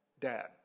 dad